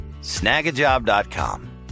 Snagajob.com